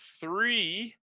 three